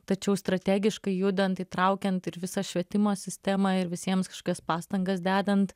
tačiau strategiškai judant įtraukiant ir visą švietimo sistemą ir visiems kažkokias pastangas dedant